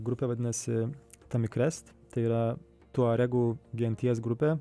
grupė vadinasi tamikrest tai yra tuaregų genties grupe